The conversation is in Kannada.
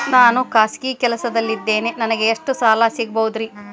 ನಾನು ಖಾಸಗಿ ಕೆಲಸದಲ್ಲಿದ್ದೇನೆ ನನಗೆ ಎಷ್ಟು ಸಾಲ ಸಿಗಬಹುದ್ರಿ?